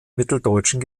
mitteldeutschen